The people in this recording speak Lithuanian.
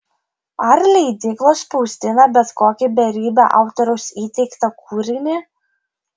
ar leidyklos spausdina bet kokį beribį autoriaus įteiktą kūrinį